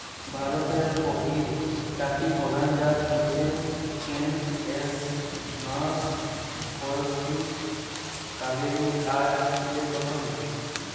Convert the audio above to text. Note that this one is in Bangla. ভারতের কফির চারটি প্রধান জাত হয়ঠে কেন্ট, এস নয় শ পয়ষট্টি, কাভেরি আর সিলেকশন